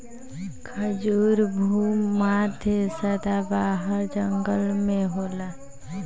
खजूर भू मध्य सदाबाहर जंगल में होला